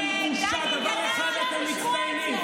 אי-אפשר לשמוע אותו.